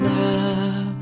now